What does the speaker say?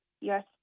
yes